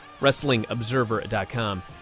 WrestlingObserver.com